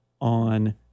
on